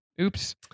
Oops